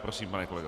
Prosím, pane kolego.